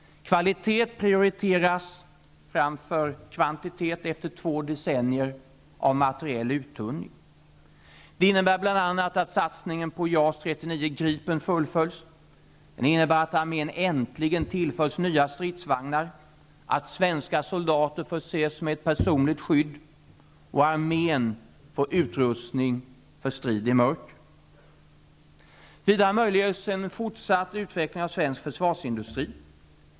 Kvalitet prioriteras framför kvantitet efter två decennier av materiell uttunning. Det innebär bl.a. att satsningen på JAS 39 Gripen fullföljs. Det innebär att armén äntligen tillförs nya stridsvagnar, att svenska soldater förses med personligt skydd och att armén får utrustning för strid i mörker. Vidare möjliggörs en fortsatt utveckling av svensk försvarsindustri.